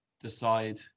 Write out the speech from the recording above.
decide